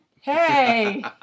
Hey